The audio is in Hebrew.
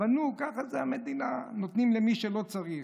אבל נו, ככה זה המדינה, נותנים למי שלא צריך.